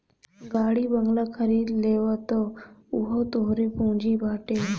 गाड़ी बंगला खरीद लेबअ तअ उहो तोहरे पूंजी बाटे